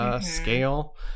scale